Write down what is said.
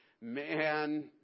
Man